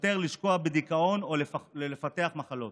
יותר לשקוע בדיכאון או לפתח מחלות.